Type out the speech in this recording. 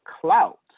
clout